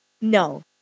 no